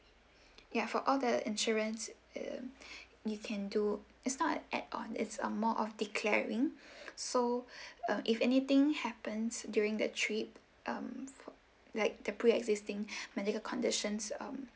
ya for all the insurance um you can do it's not an add on it's a more on declaring so uh if anything happens during the trip um like the pre existing medical conditions um